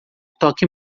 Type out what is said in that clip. toque